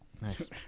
Nice